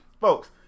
Folks